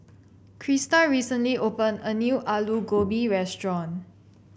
Crista recently opened a new Aloo Gobi restaurant